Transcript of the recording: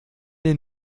dir